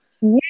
Yes